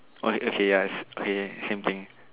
o~ okay yes okay same thing